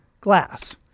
glass